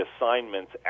assignments